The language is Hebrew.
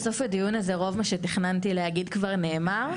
בסוף הדיון הזה רוב מה שתכננתי להגיד כבר נאמר.